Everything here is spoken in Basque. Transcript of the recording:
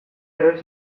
erori